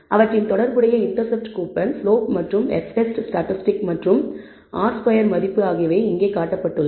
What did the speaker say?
அவற்றின் தொடர்புடைய intercept coupon slope மற்றும் F டெஸ்ட் ஸ்டாட்டிஸ்டிக் மற்றும் r ஸ்கொயர் மதிப்பு ஆகியவை இங்கே காட்டப்பட்டுள்ளன